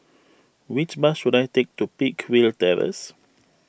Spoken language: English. which bus should I take to Peakville Terrace